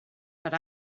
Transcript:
but